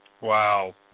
Wow